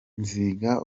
nziga